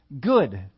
good